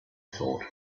thought